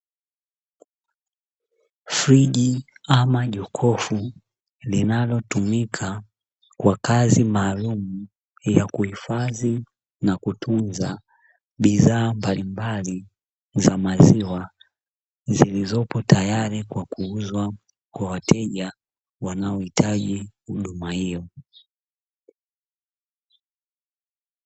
Friji ama jokofu linalotumika kwa kazi maalumu ya kuhifadhi na kutunza bidhaa mbalimbali za maziwa zilizopo tayari kwa kuuzwa kwa wateja wanaohitaji huduma hiyo.